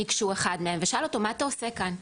אחד מהם ניגש ושאל אותו: מה אתה עושה כאן?